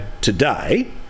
today